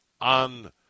on